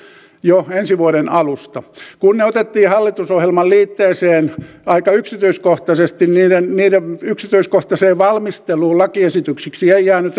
jo ensi vuoden alusta kun ne otettiin hallitusohjelman liitteeseen aika yksityiskohtaisesti niiden niiden yksityiskohtaiseen valmisteluun lakiesityksiksi ei jäänyt